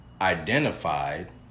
identified